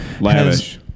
lavish